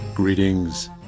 Greetings